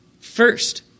First